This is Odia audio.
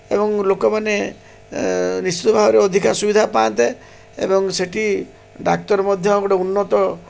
ଏବଂ ଲୋକମାନେ ନିଶ୍ଚିତ ଭାବରେ ଅଧିକା ସୁବିଧା ପାଆନ୍ତେ ଏବଂ ସେଇଠି ଡାକ୍ତର ମଧ୍ୟ ଗୋଟେ ଉନ୍ନତ